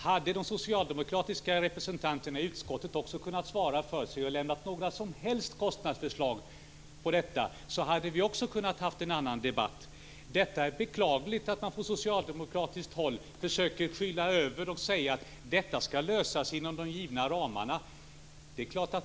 Om de socialdemokratiska representanterna i utskottet hade kunnat svara för sig och lämna några som helst kostnadsförslag på detta kunde vi också ha fört en annan debatt. Det är beklagligt att man från socialdemokratiskt håll försöker skyla över detta och säga att det skall lösas inom de givna ramarna.